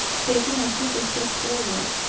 taking a quick step forward,